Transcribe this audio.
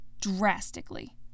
drastically